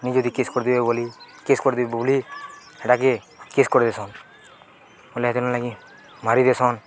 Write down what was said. ନି ଯଦି କେସ୍ କରିଦେବେ ବୋଲି କେସ୍ କରିଦେବେ ବୋଲି ହେଟାକେ କେସ୍ କରି ଦେସନ୍ ବ ହେତ ନଲାଗି ମାରି ଦେସନ୍